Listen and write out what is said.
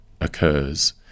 occurs